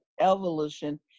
Evolution